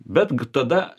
betg tada